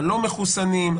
הלא מחוסנים,